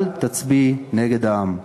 אל תצביעי נגד העם.